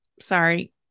sorry